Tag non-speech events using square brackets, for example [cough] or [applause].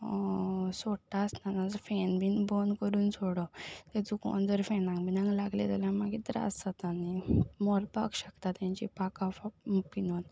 सोडटा आसतना फेन बीन बंद करून सोडप तें चुकून जर फेनाक बिनाक लागलें जाल्यार मागीर त्रास जाता न्ही मोरपाक शेकता तांची पाखां [unintelligible] पिंजून